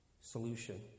solution